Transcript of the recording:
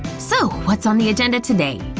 so what's on the agenda today?